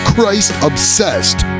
Christ-obsessed